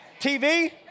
TV